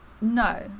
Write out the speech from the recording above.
No